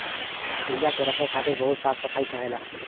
गइया के रखे खातिर बहुत साफ सफाई चाहेला